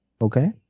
Okay